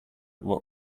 what